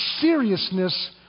seriousness